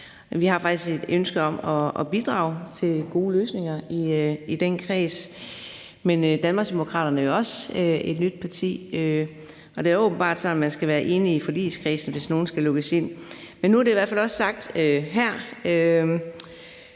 vi har faktisk et ønske om at bidrage til gode løsninger i den kreds. Men Danmarksdemokraterne er jo også et nyt parti, og det er åbenbart sådan, at man skal være enige i forligskredsen, hvis nogen skal lukkes ind. Men nu er det i hvert fald også sagt herfra.